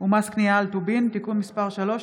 ומס קנייה על טובין (תיקון מס' 3),